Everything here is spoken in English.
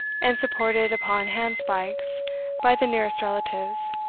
and supported upon hand-spikes by the nearest relatives,